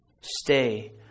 stay